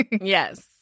Yes